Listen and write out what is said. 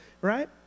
right